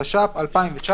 התש"ף 2019,